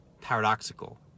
paradoxical